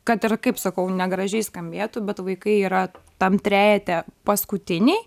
kad ir kaip sakau negražiai skambėtų bet vaikai yra tam trejete paskutiniai